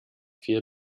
viel